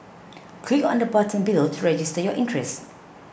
click on the button below to register your interest